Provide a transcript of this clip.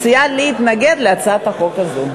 אני מציעה להתנגד להצעת החוק הזו.